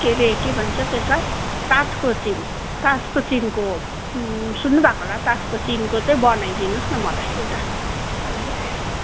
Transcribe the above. के रे के भन्छ त्यसलाई ताजकोचिन ताजकोचिनको सुन्नुभएको होला ताजकोचिन चाहिँ बनाइ दिनुहोस् न मलाई एउटा हजुर